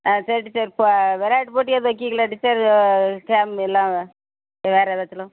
ஆ சரி டீச்சர் இப்போ விளையாட்டு போட்டி எதுவும் வைக்கீகளா டீச்சர் கேமு எல்லாம் வேறு ஏதாச்சும்